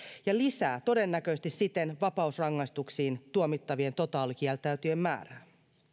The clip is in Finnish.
ja lisää todennäköisesti siten vapausrangaistuksiin tuomittavien totaalikieltäytyjien määrää